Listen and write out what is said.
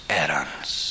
errands